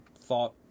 thought